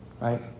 right